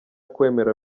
kwemera